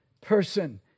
person